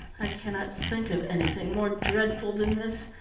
i cannot think of anything more dreadful than this.